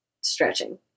Stretching